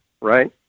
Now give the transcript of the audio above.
right